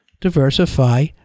diversify